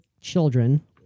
children